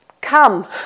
come